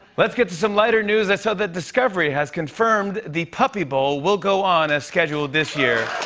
let's get to some lighter news. i saw that discovery has confirmed the puppy bowl will go on as scheduled this year.